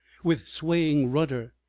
with swaying rudder,